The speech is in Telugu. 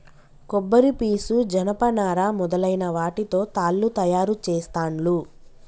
కొబ్బరి పీసు జనప నారా మొదలైన వాటితో తాళ్లు తయారు చేస్తాండ్లు